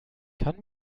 kann